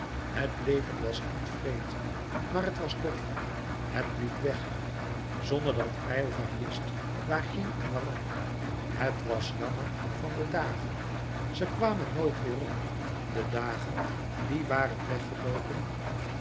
het leven was niet wreed maar het was dof het liep weg zonderdat aylva wist waarheen en waarom het was jammer van de dagen ze kwamen nooit weêrom de dagen die waren weggeloopen